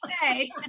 say